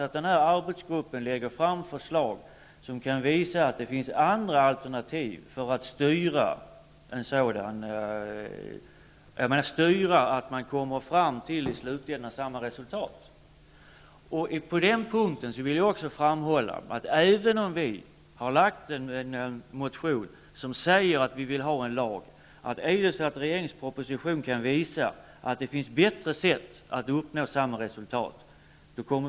Jag hoppas att arbetsgruppen kommer att lägga fram förslag som visar att det finns andra alternativ som i slutändan leder till samma resultat. Även om vi har väckt en motion med förslag om en lagstiftning, kommer vi inte envist som en mulåsna att hålla fast vid vårt förslag, om det av regeringspropositionen framgår att det finns bättre sätt att uppnå samma resultat.